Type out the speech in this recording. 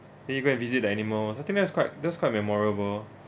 then you go and visit the animals I think that's quite that's quite memorable